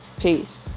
peace